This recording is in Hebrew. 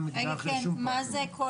מה זה כל